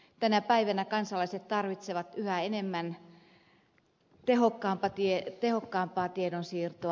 tänä päivänä kansalaiset tarvitsevat yhä tehokkaampaa tiedonsiirtoa